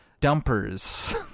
dumpers